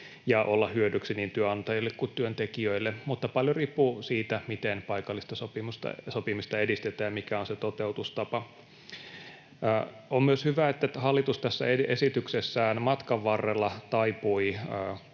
ja olla hyödyksi niin työnantajille kuin työntekijöille. Mutta paljon riippuu siitä, miten paikallista sopimista edistetään ja mikä on se toteutustapa. On myös hyvä, että hallitus tässä esityksessään matkan varrella taipui